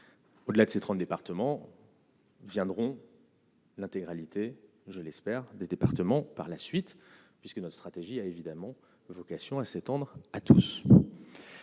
Au-delà de ces 30 départements. Viendront. L'intégralité je l'espère, des départements, par la suite, puisque notre stratégie, a évidemment vocation à s'étendre à tous.